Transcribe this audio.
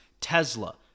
Tesla